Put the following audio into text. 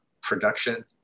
production